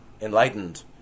enlightened